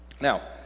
Now